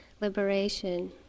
liberation